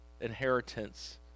inheritance